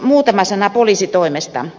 muutama sana poliisitoimesta